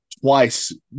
twice